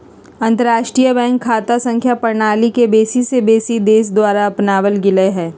अंतरराष्ट्रीय बैंक खता संख्या प्रणाली के बेशी से बेशी देश द्वारा अपनाएल गेल हइ